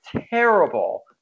terrible